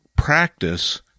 practice